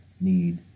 need